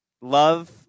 Love